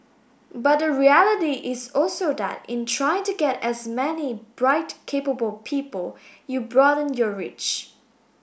but the reality is also that in trying to get as many bright capable people you broaden your reach